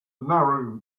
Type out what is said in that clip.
narrow